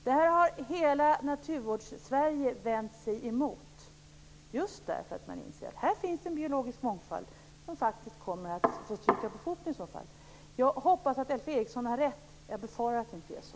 Det här har hela Naturvårdssverige vänt sig emot, just därför att man inser att den biologiska mångfalden faktiskt kommer att få stryka på foten i så fall. Jag hoppas att Alf Eriksson har rätt, men jag befarar att det inte är så.